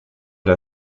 der